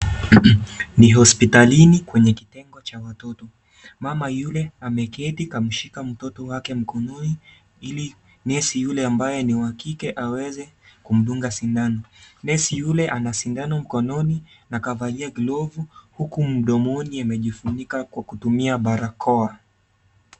Ni hospitalini kwenye kitengo cha watoto. Mama yule ameketi kamshika mtoto wake mkononi ili nesi yule ambaye ni wa kike aweze kumdunga sindano. Nesi yule ana sindano mkononi na kavalia glovu huku mdomoni amejifunika kwa kutumia barakoa.